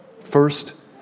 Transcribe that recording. First